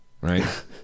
right